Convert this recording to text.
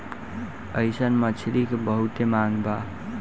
अइसन मछली के बहुते मांग बा